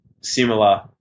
similar